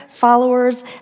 followers